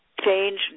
change